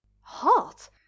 Hot